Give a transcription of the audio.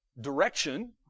direction